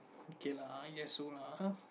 K lah yes so lah [huh]